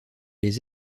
les